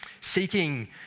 Seeking